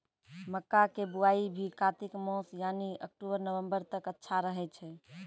मक्का के बुआई भी कातिक मास यानी अक्टूबर नवंबर तक अच्छा रहय छै